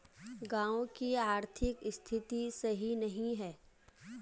गाँव की आर्थिक स्थिति सही नहीं है?